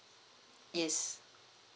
yes